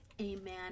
Amen